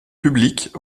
publics